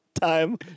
time